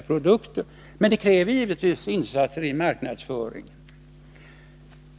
Men det kräver insatser i marknadsföring.